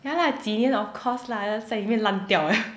ya lah 几年 of course lah that's like 会烂掉 eh